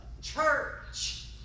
church